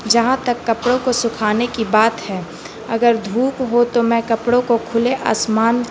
جہاں تک کپڑوں کو سکھانے کی بات ہے اگر دھوپ ہو تو میں کپڑوں کو کھلے آسمان